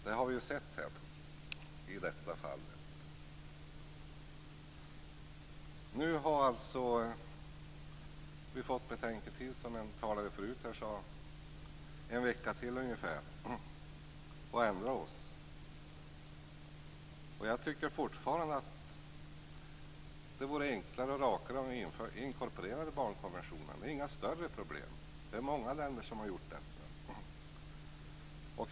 Det här vi ju sett i det här fallet. Nu har vi fått betänketid, som en tidigare talare sade. Vi har ungefär en vecka till att ändra oss. Jag tycker fortfarande att det vore enklare och rakare om vi inkorporerade barnkonventionen. Det är inga större problem. Det är många länder som har gjort detta.